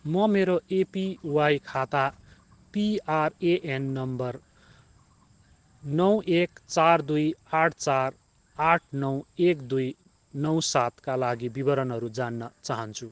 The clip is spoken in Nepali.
म मेरो एपिवाई खाता पिआरएएन नम्बर नौ एक चार दुई आठ चार आठ नौ एक दुई नौ सातका लागि विवरणहरू जान्न चाहन्छु